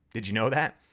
did you know that?